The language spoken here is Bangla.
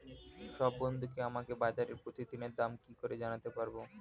সব বন্ধুকে আমাকে বাজারের প্রতিদিনের দাম কি করে জানাতে পারবো?